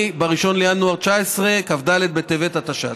קרי ב-1 בינואר 2019, כ"ד בטבת התשע"ט.